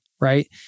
right